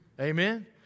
Amen